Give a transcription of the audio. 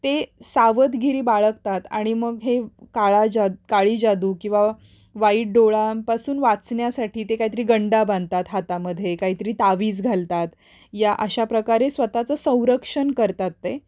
ते सावधगिरी बाळगतात आणि मग हे काळाजाद काळी जादू किंवा वाईट डोळ्यांपासून वाचण्यासाठी ते काय तरी गंडा बांधतात हातामध्ये काय तरी तावीज घालतात या अशा प्रकारे स्वतःचं संरक्षण करतात ते